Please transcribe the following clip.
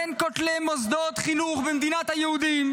בין כותלי מוסדות חינוך במדינת היהודים,